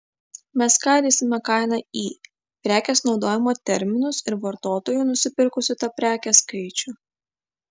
mes skaidysime kainą į prekės naudojimo terminus ir vartotojų nusipirkusių tą prekę skaičių